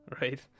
right